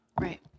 Right